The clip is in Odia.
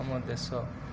ଆମ ଦେଶ